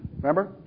Remember